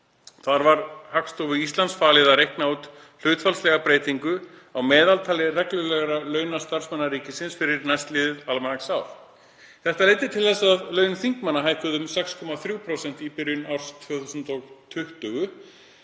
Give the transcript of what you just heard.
Þar var Hagstofu Íslands falið að reikna út hlutfallslega breytingu á meðaltali reglulegra launa starfsmanna ríkisins fyrir næstliðið almanaksár. Þetta leiddi til þess að laun þingmanna hækkuðu um 6,3% í byrjun árs 2020